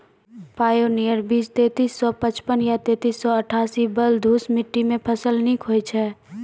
Pioneer बीज तेंतीस सौ पचपन या तेंतीस सौ अट्ठासी बलधुस मिट्टी मे फसल निक होई छै?